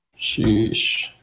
Sheesh